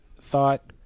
thought